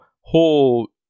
whole